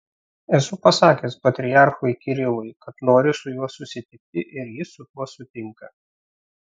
esu pasakęs patriarchui kirilui kad noriu su juo susitikti ir jis su tuo sutinka